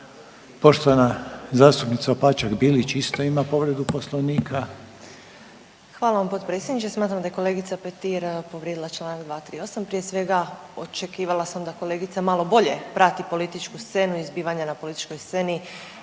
povredu poslovnika. **Opačak Bilić, Marina (Nezavisni)** Hvala vam potpredsjedniče. Smatram da je kolegica Petir povrijedila čl. 238. prije svega očekivala sam da kolegica malo bolje prati političku scenu i zbivanja na političkoj sceni